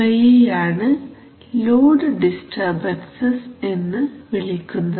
ഇവയെയാണ് load disturbances എന്ന് വിളിക്കുന്നത്